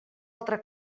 altra